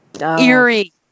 Eerie